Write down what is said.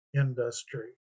industry